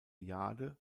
jade